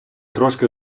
трошки